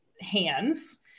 hands